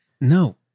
no